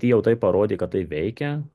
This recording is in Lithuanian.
jau tai parodė kad tai veikia